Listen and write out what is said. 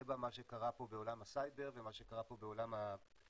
בה מה שקרה פה בעולם הסייבר ומה שקרה פה בעולם הרכבים